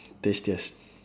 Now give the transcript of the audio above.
tastiest